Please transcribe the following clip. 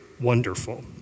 wonderful